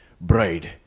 bride